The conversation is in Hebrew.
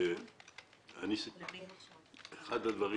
אחד הדברים